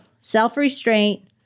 self-restraint